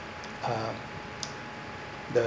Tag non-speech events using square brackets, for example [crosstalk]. um [noise] the